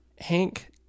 Hank